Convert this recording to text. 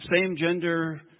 same-gender